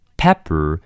pepper